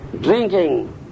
drinking